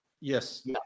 Yes